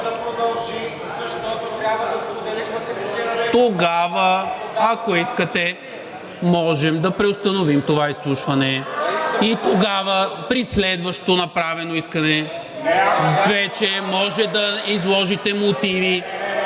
Тогава, ако искате, можем да преустановим това изслушване и тогава, при следващо направено искане, вече може да изложите мотиви